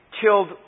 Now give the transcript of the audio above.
killed